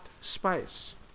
space